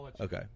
Okay